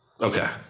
Okay